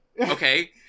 Okay